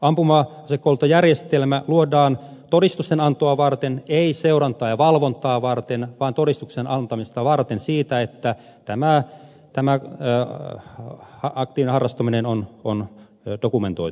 ampuma asekouluttajajärjestelmä luodaan todistustenantoa varten ei seurantaa ja valvontaa varten vaan todistuksen antamista varten siitä että aktiivinen harrastaminen on dokumentoitu